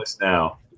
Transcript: Now